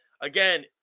Again